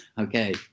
Okay